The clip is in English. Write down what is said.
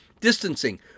distancing